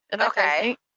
Okay